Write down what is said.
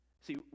see